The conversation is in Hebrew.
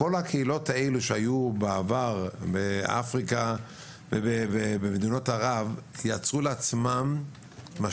כל הקהילות האלה שהיו בעבר באפריקה ובמדינות ערב יצרו לעצמן קהילות